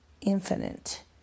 infinite